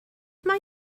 mae